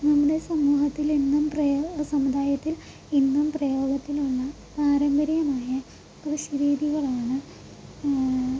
നമ്മുടെ സമൂഹത്തിൽ ഇന്നും പ്രയോ സമുദായത്തിൽ ഇന്നും പ്രയോഗത്തിലുള്ള പാരമ്പര്യമായ കൃഷി രീതികളാണ്